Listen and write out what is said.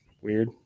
Weird